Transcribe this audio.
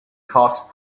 cost